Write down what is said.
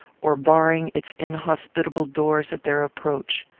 or barring its inhospitable doors at their approach.